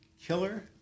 killer